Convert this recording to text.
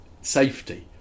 safety